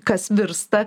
kas virsta